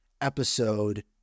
episode